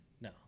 no